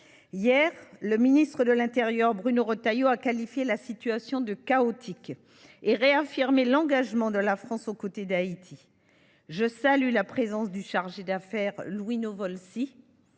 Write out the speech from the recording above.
Hier, le ministre de l’intérieur Bruno Retailleau a qualifié la situation de chaotique et réaffirmé l’engagement de la France aux côtés d’Haïti. Je salue la présence du chargé d’affaires d’Haïti